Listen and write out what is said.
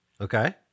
Okay